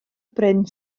bryn